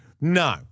no